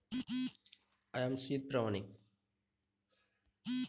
টাকা যে ধার করায় তার উপর সুদ হয়